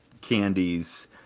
candies